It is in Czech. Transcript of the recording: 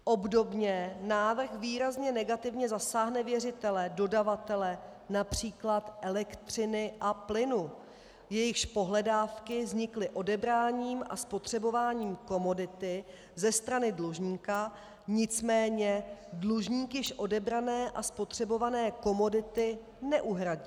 Obdobně návrh výrazně negativně zasáhne věřitele dodavatele například elektřiny a plynu, jejichž pohledávky vznikly odebráním a spotřebováním komodity ze strany dlužníka, nicméně dlužník již odebrané a spotřebované komodity neuhradí.